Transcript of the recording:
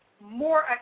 more